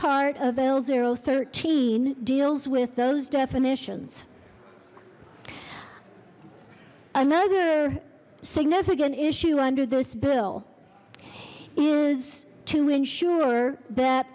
part of l thirteen deals with those definitions another significant issue under this bill is to ensure that